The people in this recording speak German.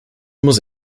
muss